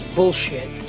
bullshit